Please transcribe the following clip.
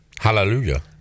Hallelujah